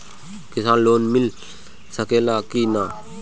किसान लोन मिल सकेला कि न?